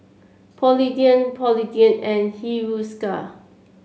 Polident Polident and Hiruscar